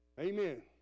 Amen